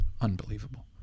Unbelievable